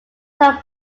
tom